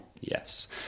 Yes